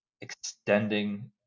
extending